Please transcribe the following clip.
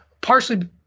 partially